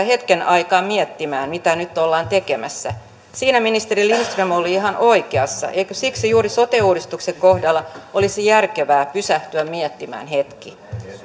hetken aikaa miettimään mitä nyt ollaan tekemässä siinä ministeri lindström oli ihan oikeassa eikö siksi juuri sote uudistuksen kohdalla olisi järkevää pysähtyä miettimään hetki